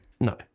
No